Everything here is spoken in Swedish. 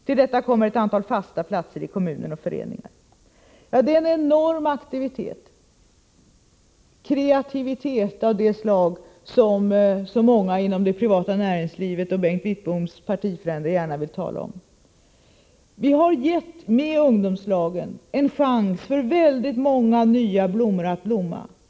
Till detta kommer ett antal fasta platser i kommunen och föreningar. Det är en enorm aktivitet, kreativitet av det slag som så många inom det privata näringslivet och Bengt Wittboms partifränder gärna vill tala om. Vi har med ungdomslagen gett en chans för väldigt många nya blommor att blomma.